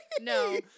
No